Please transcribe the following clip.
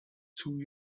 two